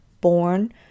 born